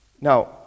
Now